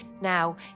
Now